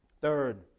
Third